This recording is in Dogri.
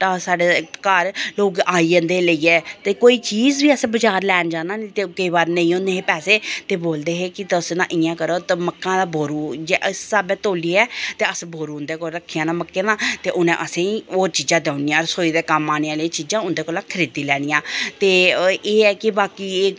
साढ़े घर लोग आई जंदे हे लेइयै कोई चीज बी असें बजार लैन जाना निं केईं बार निं होंदे हे पैसे ते बोलदे हे कि तुस इ'यां करो मक्कें दा बोरू इस स्हाबै तोलियै ते बोरू उं'दे कश रक्खी आना मक्कें दा ते उ'नें असेंगी होर चीजां देई ओड़नियां असें रसोई च कम्म आने आह्लियां चीजां उं'दे कोला खरीदी लैनियां ते एह् ऐ कि बाकी